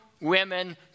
women